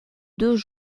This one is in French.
deux